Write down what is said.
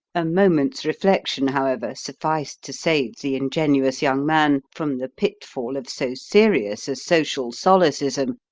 a moment's reflection, however, sufficed to save the ingenuous young man from the pitfall of so serious a social solecism.